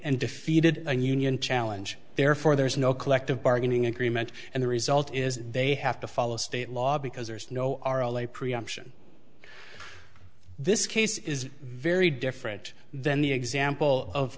and defeated and union challenge therefore there is no collective bargaining agreement and the result is they have to follow state law because there is no are all a preemption this case is very different than the example of